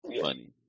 funny